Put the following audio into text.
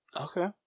Okay